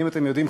האם אתם יודעים,